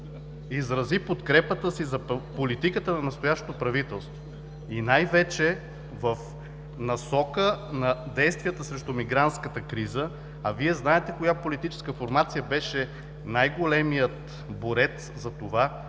изрази подкрепата си за политиката на настоящето правителство и най-вече в насока на действията срещу мигрантската криза, а Вие знаете коя политическа формация беше най-големият борец България